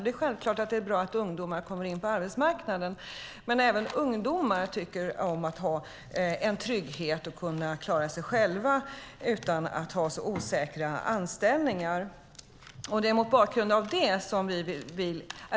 Det är självklart, men även ungdomar tycker om att ha trygghet och kunna klara sig själva och vill inte ha så osäkra anställningar.